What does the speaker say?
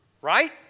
Right